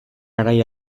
garai